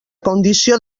condició